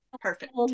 Perfect